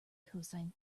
cosine